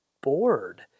bored